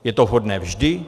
Je to vhodné vždy?